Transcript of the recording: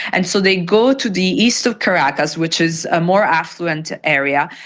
and so they go to the east of caracas which is a more affluent area,